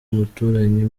umuturanyi